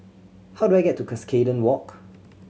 how do I get to Cuscaden Walk